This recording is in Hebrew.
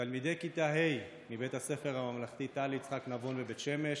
תלמידי כיתה ה' מבית הספר הממלכתי תל"י יצחק נבון בבית שמש